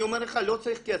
אני אומר לך, לא צריך כסף.